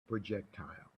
projectile